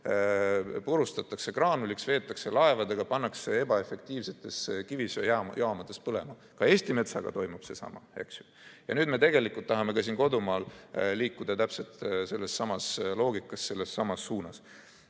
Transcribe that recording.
purustatakse graanuliteks, veetakse laevadega ja pannakse ebaefektiivsetes kivisöejaamades põlema. Ka Eesti metsaga toimub seesama. Ja nüüd me tegelikult tahame ka siin kodumaal liikuda sellessamas loogikas sellessamas suunas.